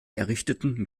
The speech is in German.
errichteten